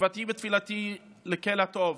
תקוותי ותפילתי לא-ל הטוב